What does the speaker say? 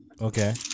Okay